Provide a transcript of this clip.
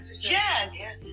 Yes